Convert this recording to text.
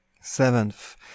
Seventh